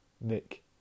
Nick